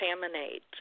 contaminate